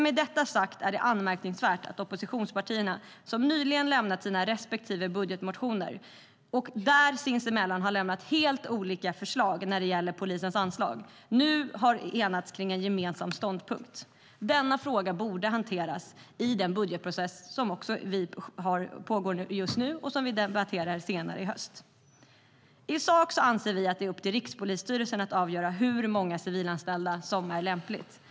Med detta sagt är det anmärkningsvärt att oppositionspartierna, som nyligen lämnat sina respektive budgetmotioner, som sinsemellan har lagt fram helt olika förslag när det gäller polisens anslag, nu har enats om en gemensam ståndpunkt. Denna fråga borde hanteras i den budgetprocess som pågår nu och som vi ska debattera senare i höst. I sak anser vi också att det är upp till Rikspolisstyrelsen att avgöra hur många civilanställda det kan vara lämpligt att ha.